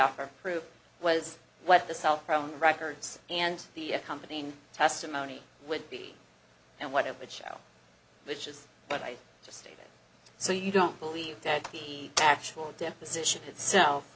offer proof was what the cell phone records and the accompanying testimony would be and what it would show which is but i just stated so you don't believe that the actual deposition itself